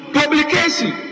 publication